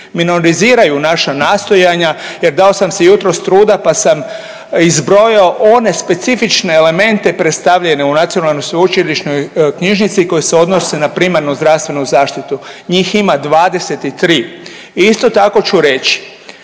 Minoriziraju naša nastojanja, jer dao sam si jutros truda pa sam izbrojao one specifične elemente predstavljene u Nacionalnoj sveučilišnoj knjižnici koje se odnose na primarnu zdravstvenu zaštitu. Njih ima 23. I isto tako ću reći